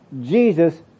Jesus